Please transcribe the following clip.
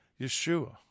Yeshua